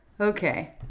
Okay